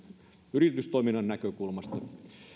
yritystoiminnan näkökulmasta